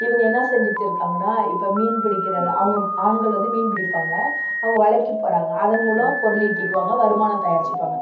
இவங்க என்ன செஞ்சுட்டு இருக்காங்கன்னா இப்போ மீன் பிடிக்கிறது அவங்க ஆண்கள் வந்து மீன் பிடிப்பாங்க அவங்க வலைக்குப் போகிறாங்க அதன் மூலம் பொருளீட்டிக்குவாங்க வருமானம் தயாரித்துப்பாங்க